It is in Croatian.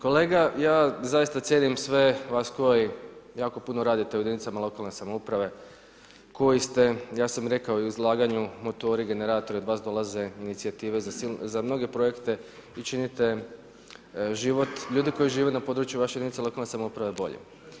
Kolega ja zaista cijenim vas koji jako puno radite u jedinicama lokalne samouprave koji ste ja sam rekao i u izlaganju motori, generatori, od vas dolaze inicijative za mnoge projekte i činite život ljudi koji žive na području vaše jedinice lokalne samouprave boljim.